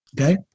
Okay